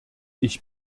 ich